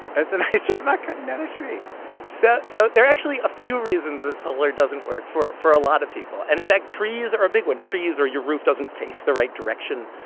it's a nice tree. i'm not cutting down a tree so so there are actually a few reasons that solar doesn't work for for a lot of people. and, in fact, trees are big one trees or your roof doesn't face the right direction.